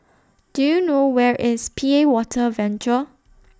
Do YOU know Where IS P A Water Venture